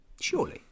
Surely